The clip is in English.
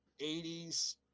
80s